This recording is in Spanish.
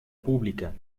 pública